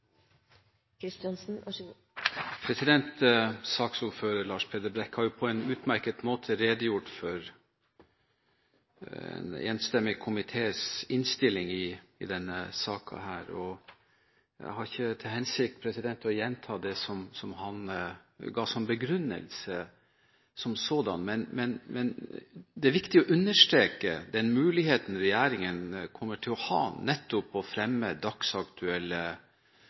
veldig viktig, så det må bli min sluttkommentar. Saksordfører Lars Peder Brekk har på en utmerket måte redegjort for en enstemmig komités innstilling i denne saken. Jeg har ikke til hensikt å gjenta det han ga som begrunnelse som sådan, men det er viktig å understreke muligheten regjeringen kommer til å ha til å fremme dagsaktuelle